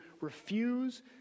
refuse